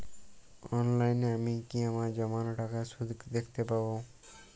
অনলাইনে আমি কি আমার জমানো টাকার সুদ দেখতে পবো?